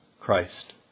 Christ